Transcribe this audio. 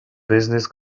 business